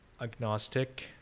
agnostic